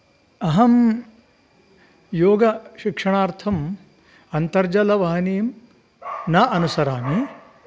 अहं योगशिक्षणार्थम् अन्तर्जालवाहिनीं न अनुसरामि